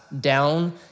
down